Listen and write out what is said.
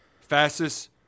Fastest